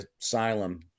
asylum